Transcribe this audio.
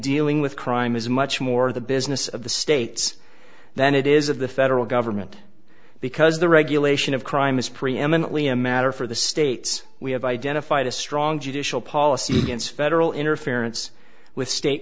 dealing with crime is much more the business of the states than it is of the federal government because the regulation of crime is preeminently a matter for the states we have identified a strong judicial policy against federal interference with st